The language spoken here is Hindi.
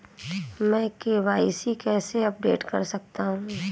मैं के.वाई.सी कैसे अपडेट कर सकता हूं?